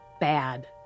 bad